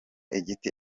igiti